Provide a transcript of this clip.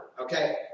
Okay